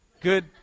good